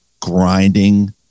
grinding